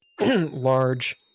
large